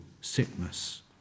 sickness